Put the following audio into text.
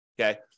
okay